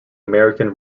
american